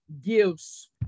gives